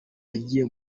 yagiye